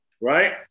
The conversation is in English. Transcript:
Right